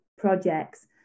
Projects